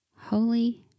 Holy